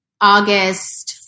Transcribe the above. August